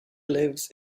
lives